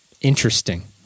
interesting